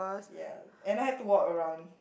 ya and I had to walk around